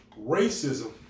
racism